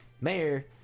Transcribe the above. mayor